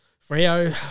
Frio